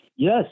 Yes